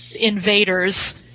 invaders